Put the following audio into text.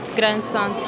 grandson